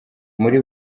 muri